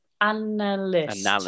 analyst